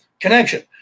connection